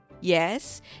Yes